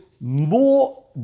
more